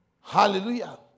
Hallelujah